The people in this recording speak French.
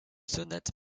sonate